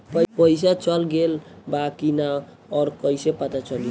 पइसा चल गेलऽ बा कि न और कइसे पता चलि?